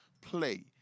play